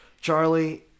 Charlie